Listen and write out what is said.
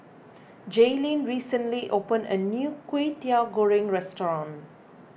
Jaelynn recently opened a new Kway Teow Goreng restaurant